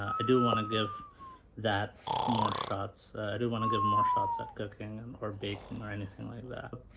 i do want to give that more shots i do want to give more shots at cooking and or baking or anything like that.